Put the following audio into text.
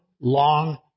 long